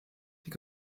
die